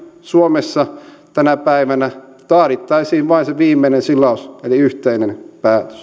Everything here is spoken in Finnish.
suomessa tänä päivänä tarvittaisiin vain se viimeinen silaus eli yhteinen